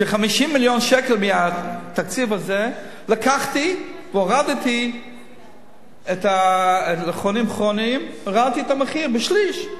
כש-50 מיליון שקל מהתקציב הזה לקחתי והורדתי לחולים כרוניים בשליש,